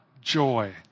joy